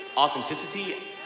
authenticity